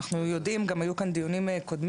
אנחנו יודעים וגם היו כאן דיונים קודמים,